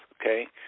okay